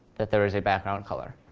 that there is a background color,